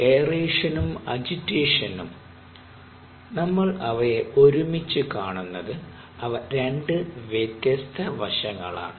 എയറേഷനും അജിറ്റേഷനുംAeration Agitation നമ്മൾ അവയെ ഒരുമിച്ച് കാണുന്നത് എന്നാൽ അവ 2 വ്യത്യസ്ത വശങ്ങളാണ്